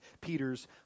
Peter's